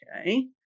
okay